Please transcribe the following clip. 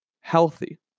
healthy